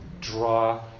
draw